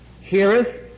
Heareth